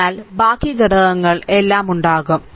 അതിനാൽ ബാക്കി ഘടകങ്ങൾ എല്ലാം ഉണ്ടാകും